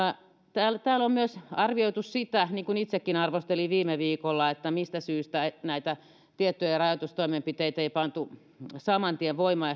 täällä täällä on myös arvosteltu sitä niin kuin itsekin arvostelin viime viikolla että mistä syystä näitä tiettyjä rajoitustoimenpiteitä ei pantu saman tien voimaan